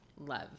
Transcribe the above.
love